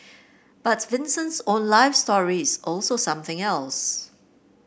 but Vincent's own life story is also something else